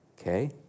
okay